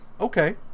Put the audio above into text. okay